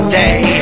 day